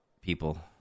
people